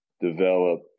develop